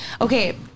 okay